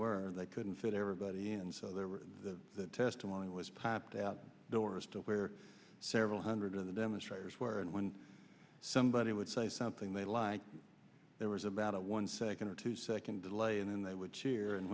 were they couldn't fit everybody and so there were the testimony was piped out doors to where several hundred of the demonstrators were and when somebody would say something they like there was about a one second or two second delay and then they would cheer and